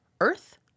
Earth